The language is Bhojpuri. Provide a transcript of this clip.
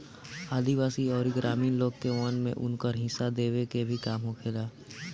आदिवासी अउरी ग्रामीण लोग के वन में उनकर हिस्सा देवे के भी काम होखेला